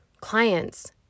clients